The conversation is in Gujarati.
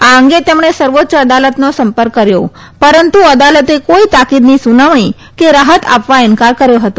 આ અંગે તેમણે સર્વોચ્ય અદાલતનો સંપર્ક કર્યો પરંતુ અદાલતે કોઈ તાકીદની સુનાવણી કે રાહત આપવા ઈન્કાર કર્યો હતો